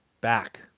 back